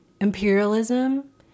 imperialism